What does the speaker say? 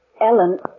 Ellen